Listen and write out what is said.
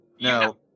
No